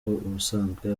ubusanzwe